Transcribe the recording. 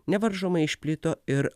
nevaržomai išplito ir